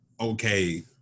okay